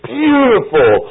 beautiful